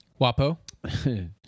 WAPO